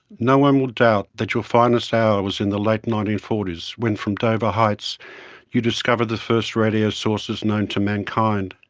no one will doubt that your finest hour was in the late nineteen forty s when from dover heights you discovered the first radio sources known to mankind.